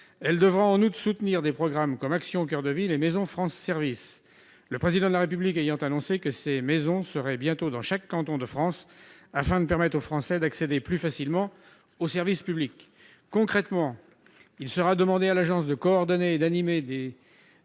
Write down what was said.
elle devra en ou de soutenir des programmes comme Action coeur de ville et Maison France Services, le président de la République ayant annoncé que ces maisons seraient bientôt dans chaque canton de France afin de permettre aux Français d'accéder plus facilement aux services publics, concrètement, il sera demandé à l'agence de coordonner et d'animer des